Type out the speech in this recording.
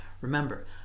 remember